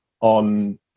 on